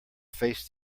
face